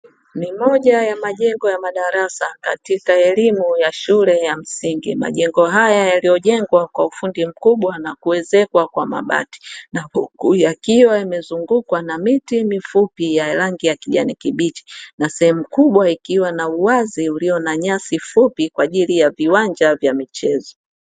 Ni moja ya majengo ya madarasa katika elimu ya shule ya msingi, majengo haya yaliyojengewa kwa ufundi mkubwa na kuezekwa kwa mabati, na huku yakiwa yamezungukwa na miti mifupi ya rangi ya kijani kibichi, na sehemu kubwa ikiwa na uwazi ulio na nyasi fupi kwaajili ya viwanja vya michezo.